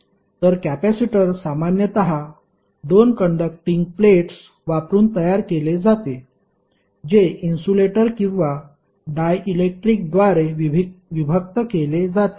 तर कॅपेसिटर सामान्यत दोन कंडक्टींग प्लेट्स वापरुन तयार केले जाते जे इन्सुलेटर किंवा डायलेक्ट्रिक द्वारे विभक्त केले जाते